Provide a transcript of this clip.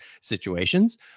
situations